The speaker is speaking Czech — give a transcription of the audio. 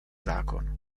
zákon